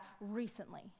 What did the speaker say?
recently